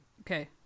Okay